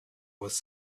was